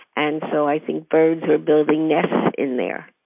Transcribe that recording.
and so i think birds are building nests in there.